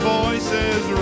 voices